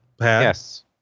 Yes